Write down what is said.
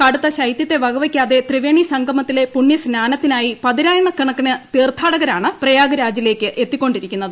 കടുത്ത ശൈതൃത്തെ വകവയ്ക്കാതെ ത്രിവേണി സംഗമത്തിലെ പുണ്യസ്നാനത്തിനായി പതിനായിരക്കണക്കിന് തീർത്ഥാടകരാണ് പ്രയാഗ്രാജിലേക്ക് എത്തിക്കൊണ്ടിരിക്കുന്നത്